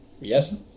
Yes